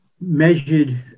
measured